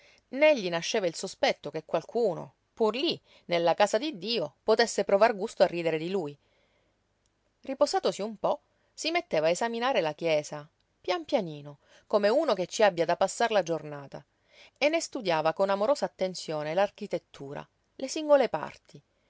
gli nasceva il sospetto che qualcuno pur lí nella casa di dio potesse provar gusto a ridere di lui riposatosi un po si metteva a esaminare la chiesa pian pianino come uno che ci abbia da passar la giornata e ne studiava con amorosa attenzione l'architettura le singole parti